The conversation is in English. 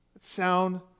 Sound